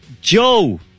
Joe